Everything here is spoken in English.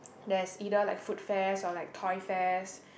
there is either like food fairs or like toy fairs